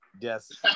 Yes